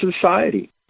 society